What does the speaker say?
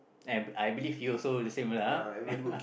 eh I believe he also the same lah